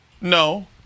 No